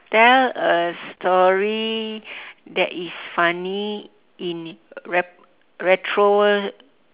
tell a story that is funny in re~ retro~